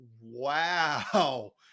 Wow